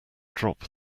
drop